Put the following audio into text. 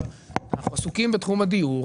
אנחנו עוסקים בתחום הדיור,